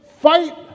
fight